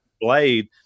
blade